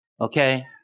Okay